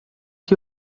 que